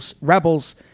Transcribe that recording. rebels